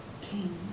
king